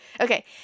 Okay